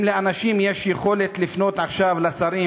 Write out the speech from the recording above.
אם לאנשים יש יכולת לפנות עכשיו לשרים,